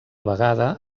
vegada